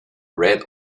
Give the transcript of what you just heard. red